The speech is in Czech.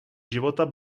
života